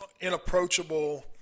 inapproachable